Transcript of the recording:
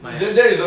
my